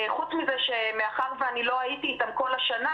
חוץ מזה שמאחר שלא הייתי איתם כל השנה,